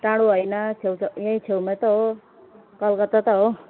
टाढो होइन छेउछाउ यहीँ छेउमा त हो कलकत्ता त हो